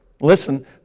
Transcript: listen